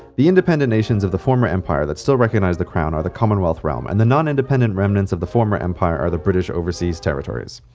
the independent nations of the former empire that still recognize the crown are the commonwealth realm, and the non-independent remnants of the former empire and are the british overseas territories.